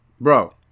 bro